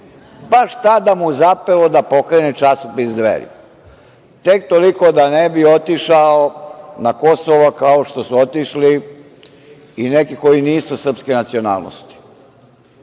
Baš tada mu zapelo da pokrene časopis „Dveri“, tek toliko da ne bi otišao na Kosovo, kao što su otišli i neki koji nisu srpske nacionalnosti. Ja